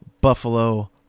buffalo